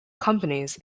companies